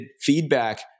feedback